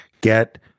get